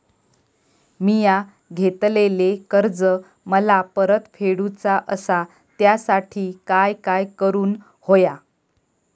मिया घेतलेले कर्ज मला परत फेडूचा असा त्यासाठी काय काय करून होया?